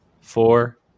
four